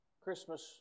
Christmas